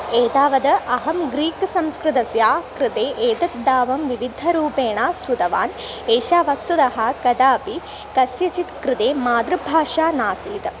एतावद् अहं ग्रीक् संस्कृतस्य कृते एतद् दावं विविधरूपेण शृतवान् एषा वस्तुतः कदापि कस्यचित् कृते मातृभाषा नासीत्